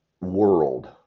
world